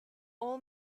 all